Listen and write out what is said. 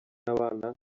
n’abana